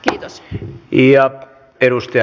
mitäs piia edusti